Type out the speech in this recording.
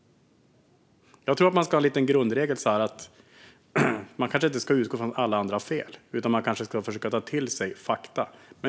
Jag tror att man ska ha som grundregel att inte utgå från att alla andra har fel utan försöka ta till sig fakta.